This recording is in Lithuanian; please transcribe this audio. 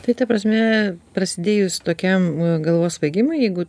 tai ta prasme prasidėjus tokiam galvos svaigimui jeigu